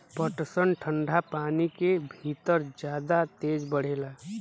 पटसन ठंडा पानी के भितर जादा तेज बढ़ेला